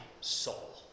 soul